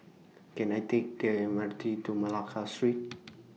Can I Take The M R T to Malacca Street